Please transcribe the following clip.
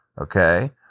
okay